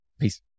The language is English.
Peace